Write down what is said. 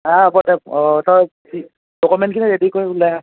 অঁ হ'ব তই অঁ তই ডকুমেণ্টখিনি ৰেডি কৰি